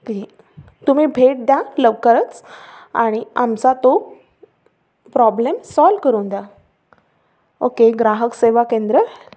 के तुम्ही भेट द्या लवकरच आणि आमचा तो प्रॉब्लेम सॉल्व करून द्या ओके ग्राहक सेवा केंद्र